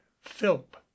Philp